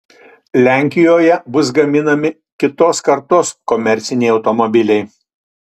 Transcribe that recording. lenkijoje bus gaminami kitos kartos komerciniai automobiliai